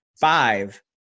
five